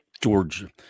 George